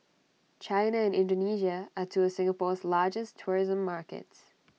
China and Indonesia are two of Singapore's largest tourism markets